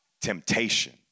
temptation